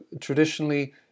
traditionally